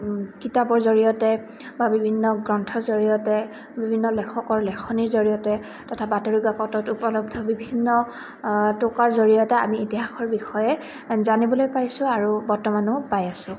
কিতাপৰ জৰিয়তে বা বিভিন্ন গ্ৰন্থৰ জৰিয়তে বিভিন্ন লেখকৰ লিখনিৰ জৰিয়তে তথা বাতৰিকাকতত উপলব্ধ বিভিন্ন টোকাৰ জৰিয়তে আমি ইতিহাসৰ বিষয়ে জানিবলৈ পাইছোঁ আৰু বৰ্তমানো পাই আছোঁ